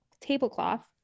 tablecloth